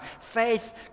Faith